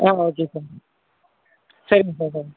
ஆ okay sir சரிங்க sir சரிங்க